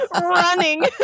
Running